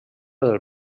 del